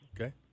Okay